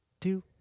two